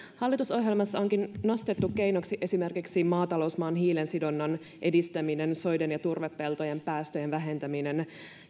hallitusohjelmassa onkin nostettu keinoiksi esimerkiksi maatalousmaan hiilensidonnan edistäminen soiden ja turvepeltojen päästöjen vähentäminen